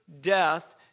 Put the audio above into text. death